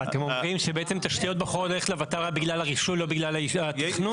אתם אומרים שבעצם תשתיות הולכות לוות"ל רק בגלל הרישוי לא בגלל התכנון?